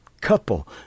couple